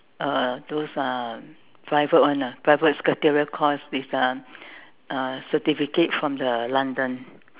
uh those uh private one ah private secretarial course with uh uh certificate from the London